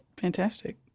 fantastic